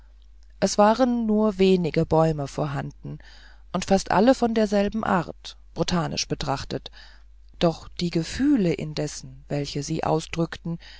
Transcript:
es waren nur wenig bäume vorhanden und fast alle von derselben art botanisch betrachtet durch die gefühle indessen welche sie ausdrückten